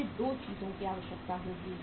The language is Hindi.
हमें 2 चीजों की आवश्यकता होगी